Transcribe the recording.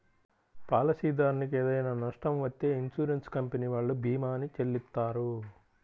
పాలసీదారునికి ఏదైనా నష్టం వత్తే ఇన్సూరెన్స్ కంపెనీ వాళ్ళు భీమాని చెల్లిత్తారు